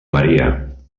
maria